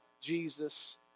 Jesus